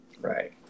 right